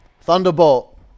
thunderbolt